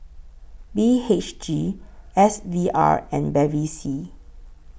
B H G S V R and Bevy C